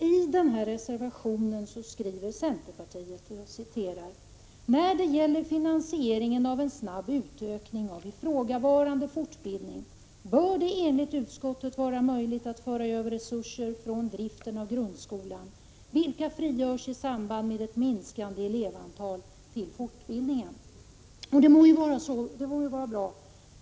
I den nämnda reservationen skriver centerpartiet: ”När det gäller finansieringen av en snabb utökning av ifrågavarande fortbildning bör det enligt utskottet vara möjligt att föra över resurser från driften av grundskolan, vilka frigörs i samband med ett minskande elevantal, till fortbildningen.” Det vore ju bra om det var på det sättet.